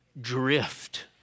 drift